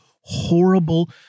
horrible